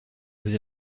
vous